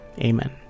Amen